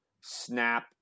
snap